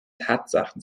tatsachen